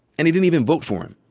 and he didn't even vote for him.